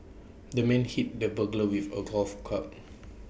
the man hit the burglar with A golf club